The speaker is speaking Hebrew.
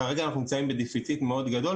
כרגע אנחנו נמצאים בגירעון גדול מאוד.